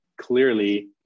clearly